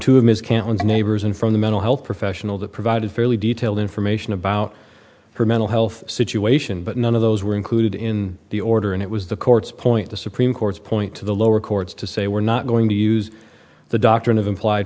cannons neighbors and from the mental health professional that provided fairly detailed information about her mental health situation but none of those were included in the order and it was the court's point the supreme court's point to the lower courts to say we're not going to use the doctrine of implie